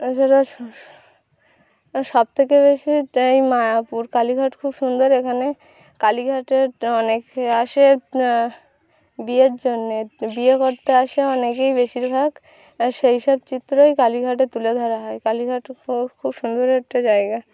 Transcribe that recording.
এছাড়া সবথেকে বেশি যাই মায়াপুর কালীঘাট খুব সুন্দর এখানে কালীঘাটের অনেকে আসে বিয়ের জন্যে বিয়ে করতে আসে অনেকেই বেশিরভাগ সেই সব চিত্রই কালীঘাটে তুলে ধরা হয় কালীঘাট খু খুব সুন্দর একটা জায়গা